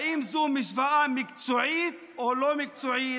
האם זו השוואה מקצועית או לא מקצועית?